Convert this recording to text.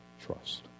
Trust